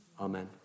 Amen